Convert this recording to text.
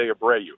Abreu